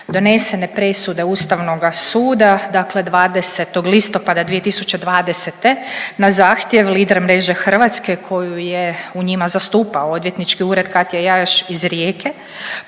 donesene presude Ustavnoga suda dakle 20. listopada 2020. na zahtjev Lider mreže Hrvatske koju je u njima zastupao odvjetnički ured Katja Jajoš iz Rijeke.